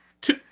two